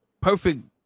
perfect